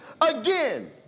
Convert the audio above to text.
again